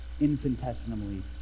infinitesimally